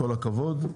כל הכבוד,